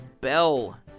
bell